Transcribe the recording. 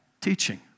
teaching